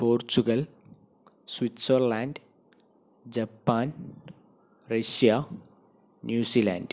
Portugal Switzerland Japan Russia New Zealand